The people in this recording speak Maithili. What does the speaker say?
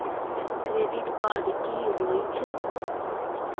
क्रेडिट कार्ड की होय छै?